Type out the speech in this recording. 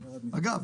אגב,